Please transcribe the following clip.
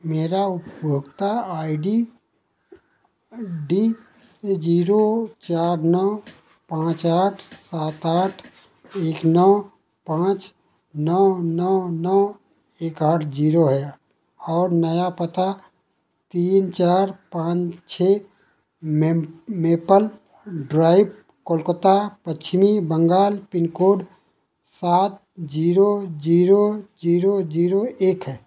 मेरा उपभोक्ता I D zero चार नौ पाँच आठ सात आठ एक नौ पाँच नौ नौ नौ एक आठ जीरो है और नया पता तीन चार पाँच maple drive Kolkata Paschim Bangal pin code सात जीरो जीरो जीरो है